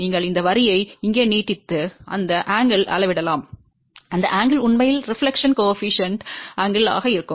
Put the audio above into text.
நீங்கள் இந்த வரியை இங்கே நீட்டித்து இந்த கோணத்தை அளவிடலாம் அந்த கோணம் உண்மையில் பிரதிபலிப்பு குணக கோணமாக இருக்கும்